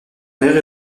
père